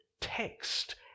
text